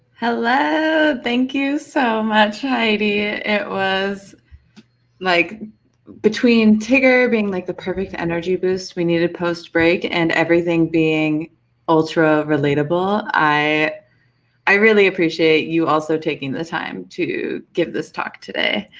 hello, thank you so much, heidi. it was like between tigger being like the perfect energy boost we needed post break and everything being ultrarelatable, i i really appreciate you also taking the time to give this talk today.